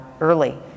early